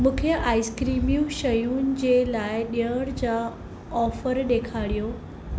मूंखे आइसक्रीमियूं शयुनि जे लाइ डि॒यण जा ऑफर ॾेखारियो